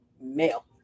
male